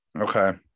Okay